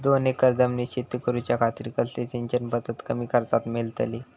दोन एकर जमिनीत शेती करूच्या खातीर कसली सिंचन पध्दत कमी खर्चात मेलतली?